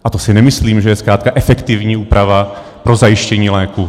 A to si nemyslím, že je zkrátka efektivní úprava pro zajištění léku.